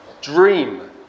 Dream